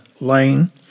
lane